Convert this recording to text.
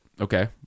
okay